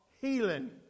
Healing